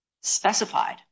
specified